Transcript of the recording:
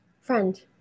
friend